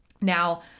Now